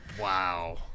Wow